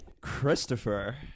Christopher